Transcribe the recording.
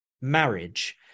marriage